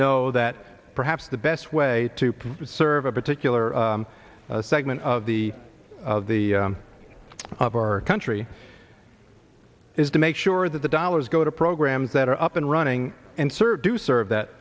know that perhaps the best way to serve a particular segment of the of the of our country is to make sure that the dollars go to programs that are up and running and sir do serve that